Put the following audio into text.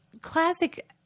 classic